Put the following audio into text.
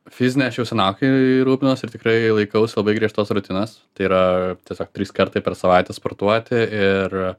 fizinę aš jau senokai rūpinuos ir tikrai laikaus labai griežtos rutinos tai yra tiesiog trys kartai per savaitę sportuoti ir